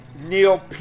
Neil